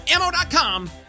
ammo.com